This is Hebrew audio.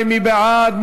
מי בעד?